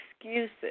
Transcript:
excuses